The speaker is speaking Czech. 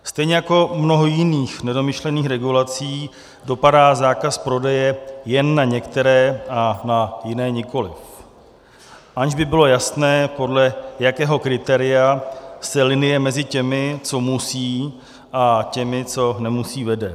Stejně jako mnoho jiných nedomyšlených regulací dopadá zákaz prodeje jen na některé a na jiné nikoliv, aniž by bylo jasné, podle jakého kritéria se linie mezi těmi, co musí, a těmi, co nemusí, vede.